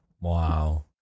Wow